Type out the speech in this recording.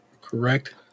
correct